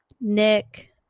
Nick